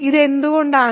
ഇതെന്തുകൊണ്ടാണ്